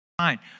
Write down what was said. Fine